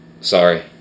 Sorry